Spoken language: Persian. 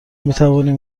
میتوانیم